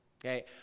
Okay